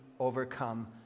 overcome